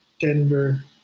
Denver